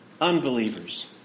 unbelievers